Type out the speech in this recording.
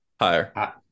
Higher